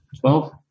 Twelve